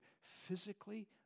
physically